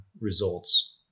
results